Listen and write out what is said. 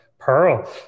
Pearl